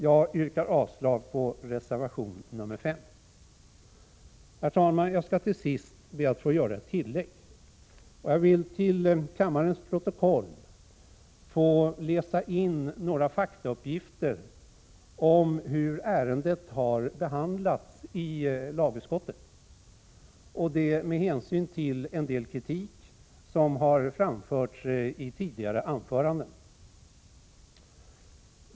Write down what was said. Jag yrkar avslag på reservation nr 5. Herr talman! Jag skall till sist be att få göra ett tillägg, och jag vill till kammarens protokoll läsa in några faktauppgifter om hur ärendet har behandlats i lagutskottet, detta med hänsyn till en del kritik som har framförts i tidigare anföranden.